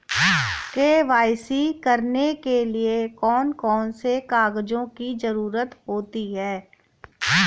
KYC करने के लिए कौन कौन से कागजों की जरूरत होती है?